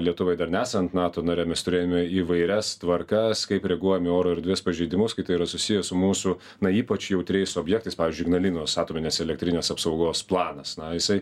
lietuvai dar nesant nato nare mes turėjome įvairias tvarkas kaip reaguojam į oro erdvės pažeidimus kai tai yra susiję su mūsų na ypač jautriais objektais pavyzdžiui ignalinos atominės elektrinės apsaugos planas na jisai